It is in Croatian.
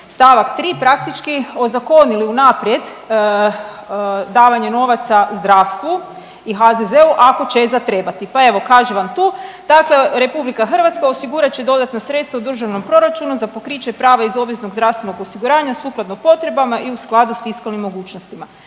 st. praktički ozakonili unaprijed davanje novaca zdravstvu i HZZ-u ako će zatrebati. Pa evo, kaže vam tu, dakle RH osigurat će dodatna sredstva u državnom proračunu za pokriće i prava iz obveznog zdravstvenog osiguranja sukladno potrebama i u skladu s fiskalnim mogućnostima.